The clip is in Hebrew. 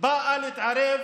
באה להתערב